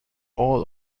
all